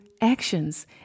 actions